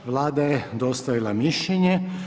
Vlada je dostavila mišljenje.